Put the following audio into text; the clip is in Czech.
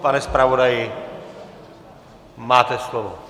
Pane zpravodaji, máte slovo.